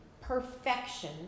perfection